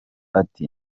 ati